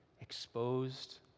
exposed